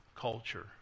culture